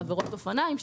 בעבירות אופניים,